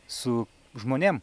su žmonėm